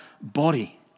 body